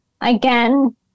again